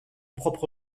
propre